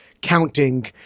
counting